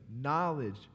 knowledge